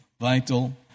vital